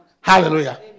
Hallelujah